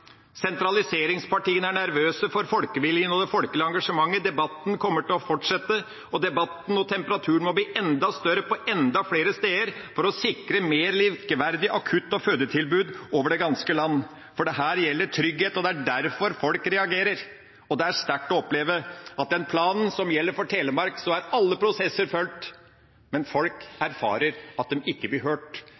Sentraliseringspartiene er nervøse for folkevilja og det folkelige engasjementet. Debatten kommer til å fortsette – debatten må gå og temperaturen må bli enda høyere på enda flere steder for å sikre mer likeverdige akutt- og fødetilbud over det ganske land. For dette gjelder trygghet, og det er derfor folk reagerer. Og det er sterkt å oppleve at i den planen som gjelder for Telemark, er alle prosesser fulgt, men folk erfarer at de ikke blir hørt.